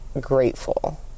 grateful